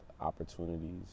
opportunities